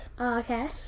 Okay